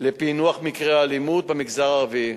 לפענוח מקרי האלימות במגזר הערבי.